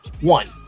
One